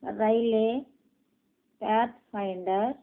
రైలే path finder